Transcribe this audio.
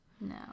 No